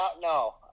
no